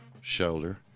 shoulder